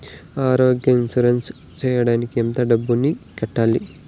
ఆరోగ్య ఇన్సూరెన్సు సేయడానికి ఎంత డబ్బుని కట్టాలి?